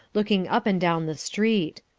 looking up and down the street.